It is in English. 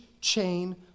chain